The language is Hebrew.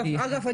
אגב,